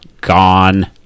gone